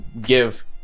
give